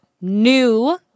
new